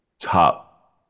top